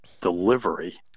delivery